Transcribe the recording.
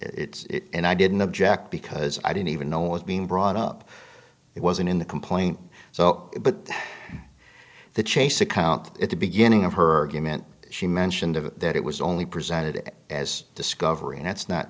it's and i didn't object because i didn't even know was being brought up it wasn't in the complaint so but the chase account at the beginning of her game and she mentioned of it that it was only presented as discovery and that's not